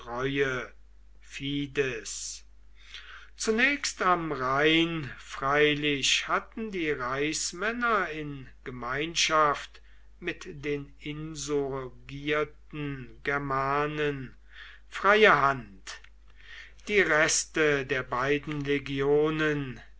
zunächst am rhein freilich hatten die reichsmänner in gemeinschaft mit den insurgierten germanen freie hand die reste der beiden legionen